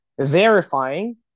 verifying